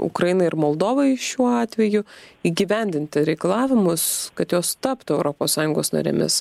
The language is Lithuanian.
ukrainai ir moldovai šiuo atveju įgyvendinti reikalavimus kad jos taptų europos sąjungos narėmis